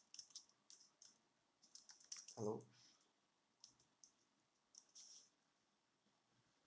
hello